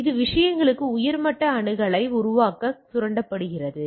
எனவே இது விஷயங்களுக்கு உயர் மட்ட அணுகலை உருவாக்க சுரண்டப்படுகிறது